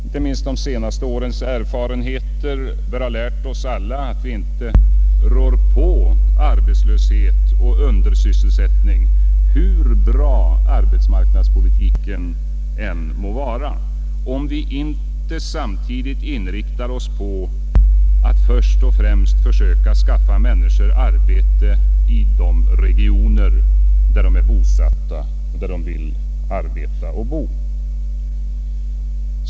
Inte minst de senaste årens erfarenheter bör ha lärt oss alla att vi inte rår på arbetslöshet och undersysselsättning, hur bra arbetsmarknadspolitiken än må vara, om vi inte samtidigt inriktar oss på att först och främst försöka skaffa människor arbete i de regioner där de är bosatta, där de vill bo och arbeta.